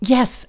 Yes